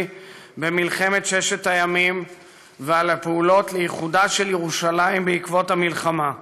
במלחמת ששת הימים ועל הפעולות לאיחודה של ירושלים בעקבות המלחמה.